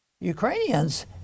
Ukrainians